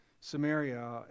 Samaria